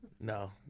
No